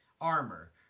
armor